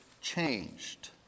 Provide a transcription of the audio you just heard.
changed